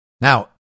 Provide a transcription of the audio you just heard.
Now